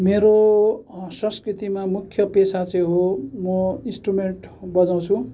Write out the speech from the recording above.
मेरो संस्कृतिमा मुख्य पेसा चाहिँ हो म इन्सट्रुमेन्ट बजाउँछु